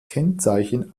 kennzeichen